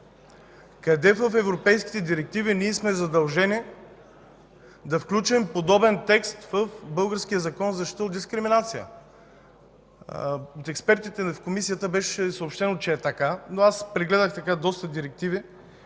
Къде в европейските директиви сме задължени да включим подобен текст в българския Закон за защита от дискриминация? От експертите в Комисията беше съобщено, че е така, но аз прегледах доста директиви